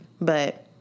But-